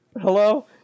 hello